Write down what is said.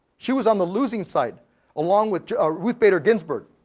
she was on the losing side along with ah ruth bader ginsburg.